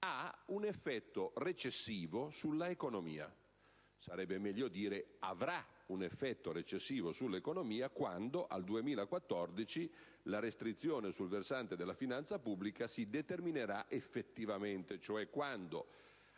ha un effetto recessivo sulla economia. Sarebbe meglio dire che avrà un effetto recessivo sull'economia quando, al 2014, la restrizione sul versante della finanza pubblica si determinerà effettivamente, cioè quando,